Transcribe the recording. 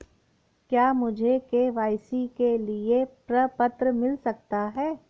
क्या मुझे के.वाई.सी के लिए प्रपत्र मिल सकता है?